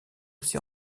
aussi